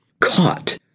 caught